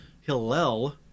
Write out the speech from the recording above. Hillel